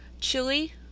chili